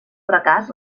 fracàs